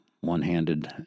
one-handed